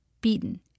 beaten